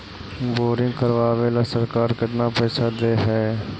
Boring करबाबे ल सरकार केतना पैसा दे है?